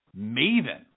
Maven